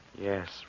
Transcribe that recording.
Yes